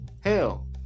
Hell